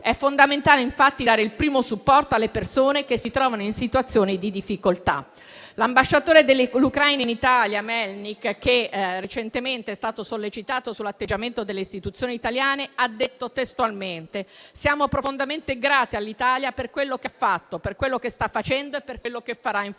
È fondamentale dare il primo supporto alle persone che si trovano in situazioni di difficoltà. L'ambasciatore dell'Ucraina in Italia Melnyk, recentemente sollecitato sull'atteggiamento delle istituzioni italiane, ha detto testualmente che sono profondamente grati all'Italia per quello che ha fatto, per quello che sta facendo e per quello che farà in futuro.